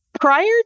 Prior